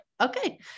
Okay